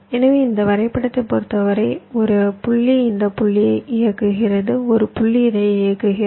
எனவே இந்த வரைபடத்தைப் பொறுத்தவரை ஒரு புள்ளி இந்த புள்ளியை இயக்குகிறது ஒரு புள்ளி இதை இயக்குகிறது